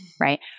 right